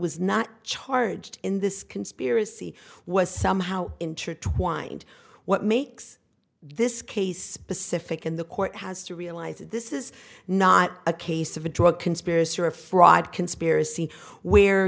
was not charged in this conspiracy was somehow intertwined what makes this case pacific in the court has to realize that this is not a case of a drug conspiracy or a fraud conspiracy where